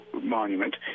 monument